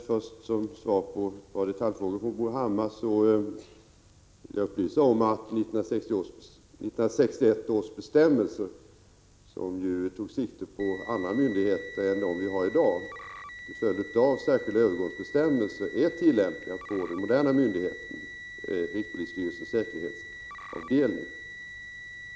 Fru talman! Som svar på ett par detaljfrågor från Bo Hammar vill jag först upplysa om att 1961 års bestämmelser, som ju tog sikte på andra myndigheter än dem vi har i dag, till följd av särskilda övergångsbestämmelser är tillämpliga på den moderna myndigheten rikspolisstyrelsens säkerhetsavdelning.